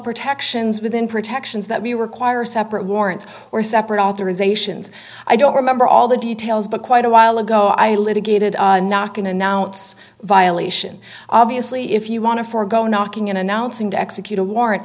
protections within protections that we require separate warrants or separate authorizations i don't remember all the details but quite a while ago i litigated not going to now it's violation obviously if you want to forgo knocking in announcing to execute a warrant